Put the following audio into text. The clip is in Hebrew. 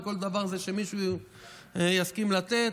וכל דבר הוא משהו שמישהו הסכים לתת.